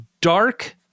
dark